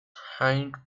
hind